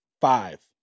five